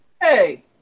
Hey